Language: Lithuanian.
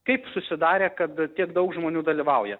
kaip susidarė kad tiek daug žmonių dalyvauja